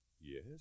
yes